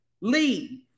leave